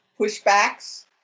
pushbacks